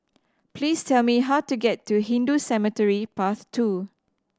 please tell me how to get to Hindu Cemetery Path Two